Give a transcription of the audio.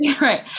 right